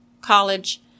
college